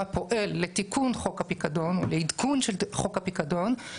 פועל לתיקון חוק הפיקדון או לעדכון של חוק הפיקדון.